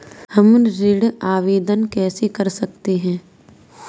हम ऋण आवेदन कैसे कर सकते हैं?